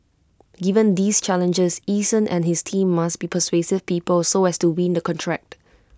given these challenges Eason and his team must be persuasive people so as to win the contract